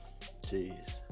Jeez